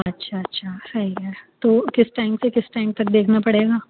اچھا اچھا ہے ہے تو کس ٹائم سے کس ٹائم تک دیکھنا پڑے گا